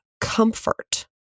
comfort